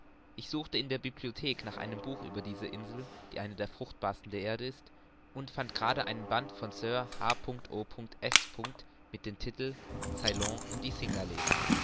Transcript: ich suchte in der bibliothek nach einem buch über diese insel die eine der fruchtbarsten der erde ist und fand gerade einen band von sirr h o esq mit dem titel ceylon und die cinga